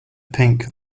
pink